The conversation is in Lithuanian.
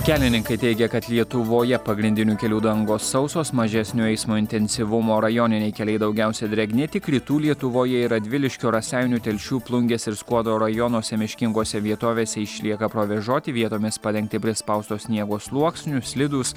kelininkai teigia kad lietuvoje pagrindinių kelių dangos sausos mažesnio eismo intensyvumo rajoniniai keliai daugiausiai drėgni tik rytų lietuvoje ir radviliškio raseinių telšių plungės ir skuodo rajonuose miškingose vietovėse išlieka provėžoti vietomis padengti prispausto sniego sluoksniu slidūs